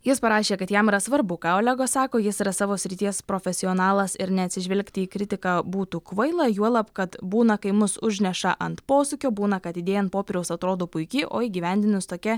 jis parašė kad jam yra svarbu ką olegas sako jis ras savo srities profesionalas ir neatsižvelgti į kritiką būtų kvaila juolab kad būna kai mus užneša ant posūkio būna kad idėja ant popieriaus atrodo puiki o įgyvendinus tokia